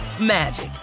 magic